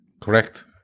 Correct